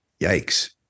yikes